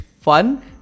fun